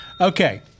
Okay